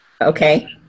Okay